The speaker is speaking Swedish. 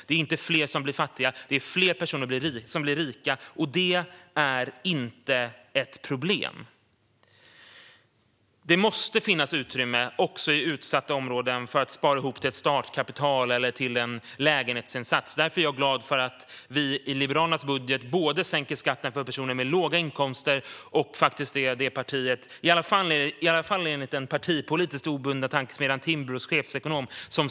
Det är inte fler som blir fattiga, utan det är fler som blir rika. Det är inte ett problem. Det måste finnas utrymme också i utsatta områden för att spara ihop till ett startkapital eller till en lägenhetsinsats. Därför är jag glad både för att vi i Liberalernas budget sänker skatten för personer med låga inkomster och för att vi är det parti som sänker skatten mest, i alla fall enligt den partipolitiskt oberoende tankesmedjan Timbros chefsekonom.